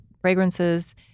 fragrances